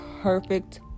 perfect